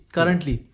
Currently